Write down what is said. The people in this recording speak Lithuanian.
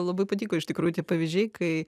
labai patiko iš tikrųjų tie pavyzdžiai kai